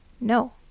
No